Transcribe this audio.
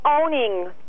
owning